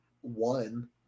one